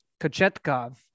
Kachetkov